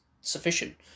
sufficient